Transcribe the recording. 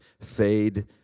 fade